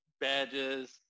badges